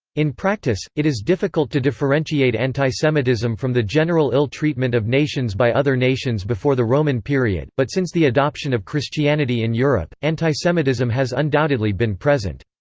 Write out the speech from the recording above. in practice, it is difficult to differentiate antisemitism from the general ill-treatment of nations by other nations before the roman period, but since the adoption of christianity in europe, antisemitism has undoubtedly been present.